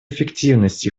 эффективность